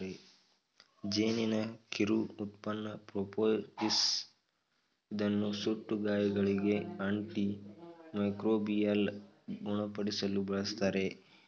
ಜೇನಿನ ಕಿರು ಉತ್ಪನ್ನ ಪ್ರೋಪೋಲಿಸ್ ಇದನ್ನು ಸುಟ್ಟ ಗಾಯಗಳಿಗೆ, ಆಂಟಿ ಮೈಕ್ರೋಬಿಯಲ್ ಗುಣಪಡಿಸಲು ಬಳ್ಸತ್ತರೆ